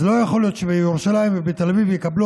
אז לא יכול להיות שבירושלים ובתל אביב יקבלו